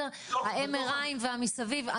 ה-MRI והמסביב,